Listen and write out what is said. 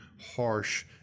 harsh